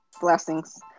blessings